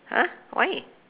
!huh! why